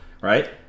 right